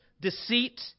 deceit